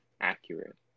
accurate